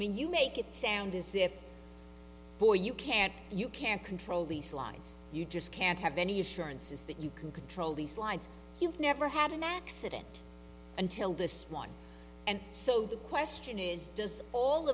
when you make it sound as if boy you can't you can't control the slides you just can't have any assurances that you can control these lines you've never had an accident until this one and so the question is does all